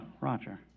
Roger